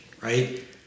right